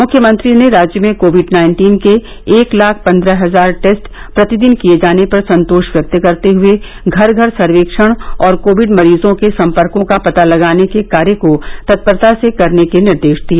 मुख्यमंत्री ने राज्य में कोविड नाइन्टीन के एक लाख पंद्रह हजार टेस्ट प्रतिदिन किए जाने पर संतोष व्यक्त करते हुए घर घर सर्वेक्षण और कोविड मरीजों के संपर्कों का पता लगाने के कार्य को तत्परता से करने के निर्देश दिए